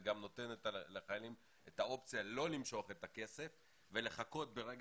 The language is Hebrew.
זה גם נותן לחיילים את האופציה לא למשוך את הכסף ולחכות לרגע